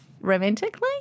romantically